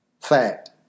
fact